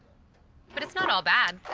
but it's not all bad.